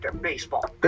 baseball